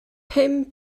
pum